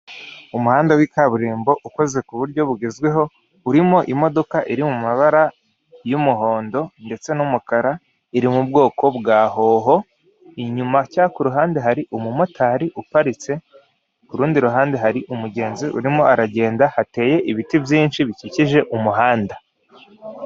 Umuhanda wa kaburimbo ukozwe k'uburyo bugezweho urimo imodoka iri mu mabara y'umuhondo ndetse n'umukara, iri mu bwoko bwa hoho inyuma cyangwa ku ruhande hari umumotari uparitse ku rundi ruhande hari umugenzi urimo aragenda. Hateye ibiti byinshi bikikije umuhanda.